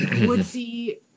Woodsy